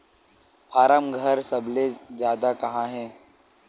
form घर सबले जादा कहां हे